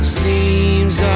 seems